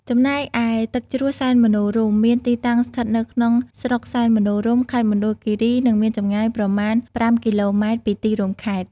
ចំណែកឯទឹកជ្រោះសែនមនោរម្យមានទីតាំងស្ថិតនៅក្នុងស្រុកសែនមនោរម្យ ខេត្តមណ្ឌលគិរី និងមានចម្ងាយប្រមាណ ៥គីឡូម៉ែត្រពីទីរួមខេត្ត។